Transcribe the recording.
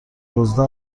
دزدا